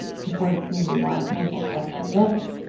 supporting community wide sample collection events,